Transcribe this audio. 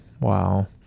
Wow